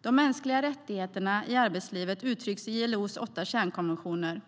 De mänskliga rättigheterna i arbetslivet uttrycks i ILO:s åtta kärnkonventioner.